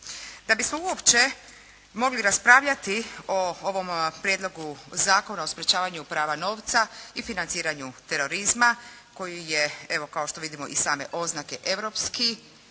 Da bismo uopće mogli raspravljati o ovom Prijedlogu zakona o sprječavanju pranja novca i financiranju terorizma koji je evo kao što vidimo i same oznake europski